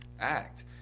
act